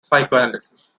psychoanalysis